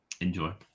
Enjoy